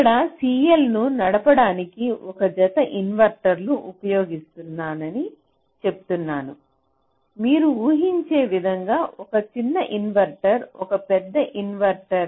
ఇక్కడ CL ను నడపడానికి ఒక జత ఇన్వర్టర్లను ఉపయోగిస్తున్నానని చెప్తున్నాను మీరు ఊహించే విధంగా ఒక చిన్న ఇన్వర్టర్ ఒక పెద్ద ఇన్వర్టర్